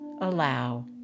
Allow